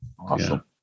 Awesome